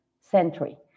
century